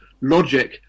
logic